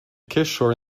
kishore